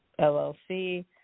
LLC